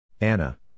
Anna